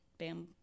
bam